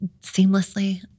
seamlessly